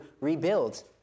rebuild